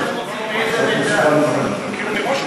את מוסיפה לי זמן, גברתי.